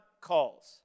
calls